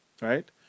Right